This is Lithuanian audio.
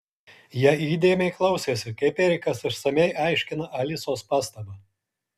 jie įdėmiai klausėsi kaip erikas išsamiai aiškina alisos pastabą